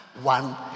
one